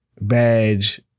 badge